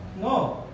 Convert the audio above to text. No